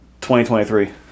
2023